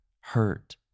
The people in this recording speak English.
hurt